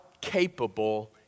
capable